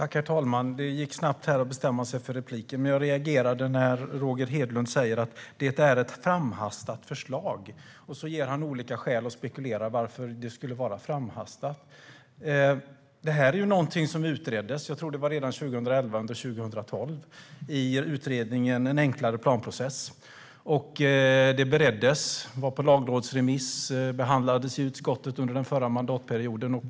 Herr talman! Det gick snabbt att bestämma sig för att ta replik. Jag reagerade när Roger Hedlund sa att det är ett framhastat förslag. Han gav olika skäl till det och spekulerade om varför. Det här utreddes i utredningen En enklare planprocess . Jag tror att det var redan 2011 eller 2012. Förslaget bereddes, var på lagrådsremiss och behandlades i utskottet under förra mandatperioden.